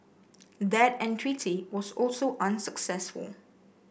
that entreaty was also unsuccessful